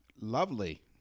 Lovely